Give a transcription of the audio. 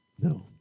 No